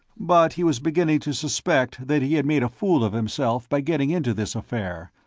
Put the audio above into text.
but he was beginning to suspect that he had made a fool of himself by getting into this affair,